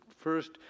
first